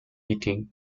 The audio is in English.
beating